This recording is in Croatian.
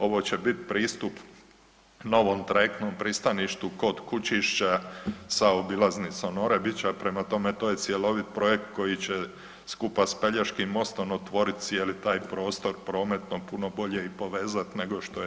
Ovo će biti pristup novom trajektnom pristaništu kod Kućišća sa obilaznicom Orebića, prema tome to je cjelovit projekt koji će skupa s Pelješkim mostom otvoriti cijeli taj prostor prometno puno bolje i povezat nego što je do sada.